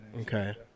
okay